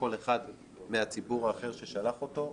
כל אחד מהציבור האחר ששלח אותו,